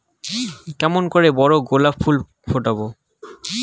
কেমন করে বড় গোলাপ ফুল ফোটাব?